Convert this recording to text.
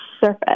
surface